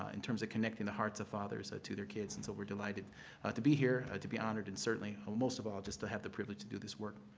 ah in terms of connecting the hearts of fathers ah to their kids. and so we're delighted to be here, to be honored, and certainly most of all, just to have the privilege to do this work.